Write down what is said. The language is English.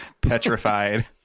Petrified